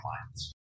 clients